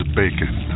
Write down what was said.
bacon